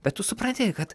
bet tu supranti kad